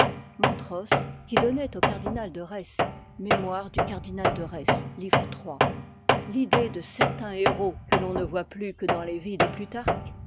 qui donnoit au cardinal de retz mêm du lidée de certains héros que von ie voit plus cardin de î que dans les ies de plutarque